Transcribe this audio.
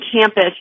campus